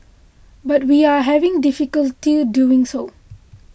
but we are having difficulty doing so